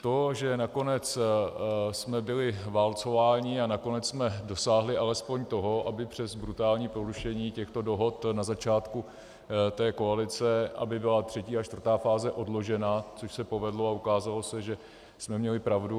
To, že nakonec jsme byli válcováni a nakonec jsme dosáhli alespoň toho, aby přes brutální porušení těchto dohod na začátku té koalice, aby byla třetí a čtvrtá fáze odložena, což se povedlo, a ukázalo se, že jsme měli pravdu.